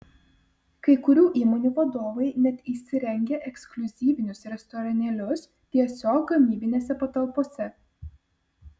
kai kurių įmonių vadovai net įsirengia ekskliuzyvinius restoranėlius tiesiog gamybinėse patalpose